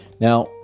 Now